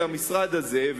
למשרד הזה,